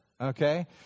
okay